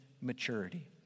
maturity